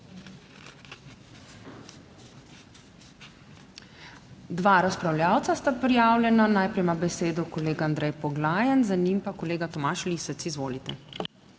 Dva razpravljavca sta prijavljena. Najprej ima besedo kolega Andrej Poglajen, za njim pa kolega Tomaž Lisec. Izvolite.